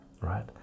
Right